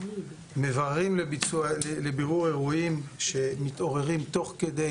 מבררים לבירור אירועים שמתעוררים תוך כדי